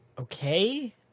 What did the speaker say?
Okay